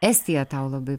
estija tau labai